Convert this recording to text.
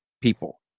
people